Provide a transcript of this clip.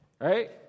right